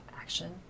action